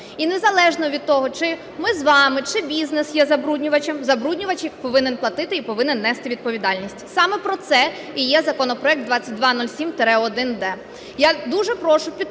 І незалежно від того, чи ми з вами, чи бізнес є забруднювачем, забруднювач повинен платити і повинен нести відповідальність. Саме про це і є законопроект 2207-1-д.